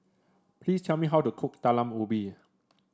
please tell me how to cook Talam Ubi